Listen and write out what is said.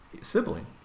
sibling